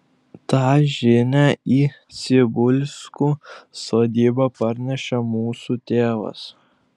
tą žinią į cibulskų sodybą parnešė mūsų tėvas